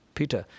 Peter